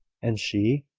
and she?